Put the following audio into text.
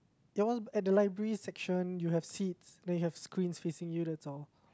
there was at the library section you have seats then you have screens facing you that's all